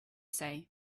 say